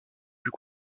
plus